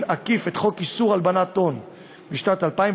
עקיף את חוק איסור הלבנת הון משנת 2000,